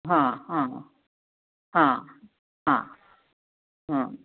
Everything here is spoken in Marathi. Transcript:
हां हां हां हां हां